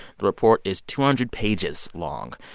the report is two hundred pages long.